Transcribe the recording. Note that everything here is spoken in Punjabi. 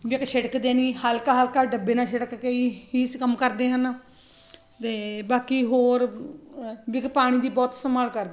ਵੀ ਇੱਕ ਛਿੜਕਦੇ ਨਹੀਂ ਹਲਕਾ ਹਲਕਾ ਡੱਬੇ ਨਾਲ ਛਿੜਕ ਕੇ ਹੀ ਅਸੀਂ ਕੰਮ ਕਰਦੇ ਹਨ ਅਤੇ ਬਾਕੀ ਹੋਰ ਵੀ ਇੱਕ ਪਾਣੀ ਦੀ ਬਹੁਤ ਸੰਭਾਲ ਕਰਦੇ ਹਾਂ